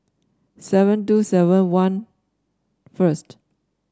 seven two seven one first